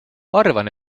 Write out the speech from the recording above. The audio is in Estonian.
arvan